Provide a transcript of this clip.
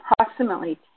approximately